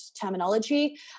terminology